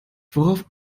worauf